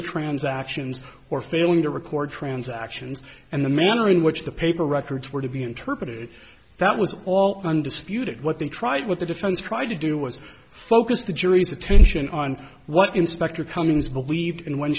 the transactions or failing to record transactions and the manner in which the paper records were to be interpreted that was also undisputed what they tried what the defense tried to do was focus the jury's attention on what inspector cummings believed and when